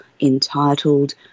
entitled